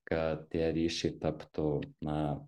kad tie ryšiai taptų na